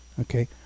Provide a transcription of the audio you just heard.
Okay